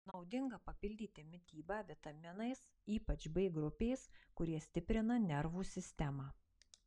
naudinga papildyti mitybą vitaminais ypač b grupės kurie stiprina nervų sistemą